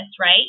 right